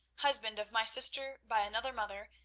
husband of my sister by another mother,